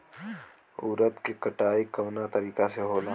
उरद के कटाई कवना तरीका से होला?